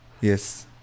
yes